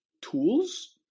tools